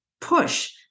push